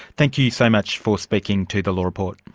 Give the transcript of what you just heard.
thank you so much for speaking to the law report.